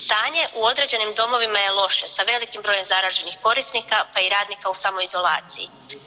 Stanje u određenim domovima je loše sa velikim brojem zaraženih korisnika, pa i radnika u samoizolaciji.